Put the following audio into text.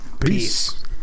Peace